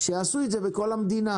שיעשו את זה בכל המדינה.